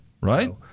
Right